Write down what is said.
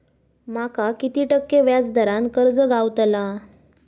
माका किती टक्के व्याज दरान कर्ज गावतला?